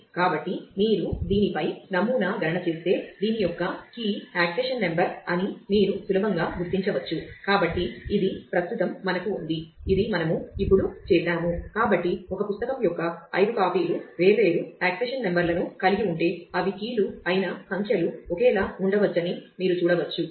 కాబట్టి accession number → ISBN number లు అయిన సంఖ్యలు ఒకేలా ఉండవచ్చని మీరు చూడవచ్చు